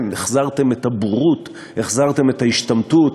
החזרתם את הבורות, החזרתם את ההשתמטות.